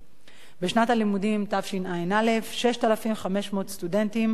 בשנת הלימודים תשע"א 6,500 סטודנטים בעלי